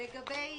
לגבי